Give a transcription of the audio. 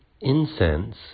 incense